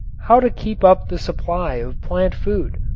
how to keep up the supply of plant food.